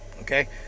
okay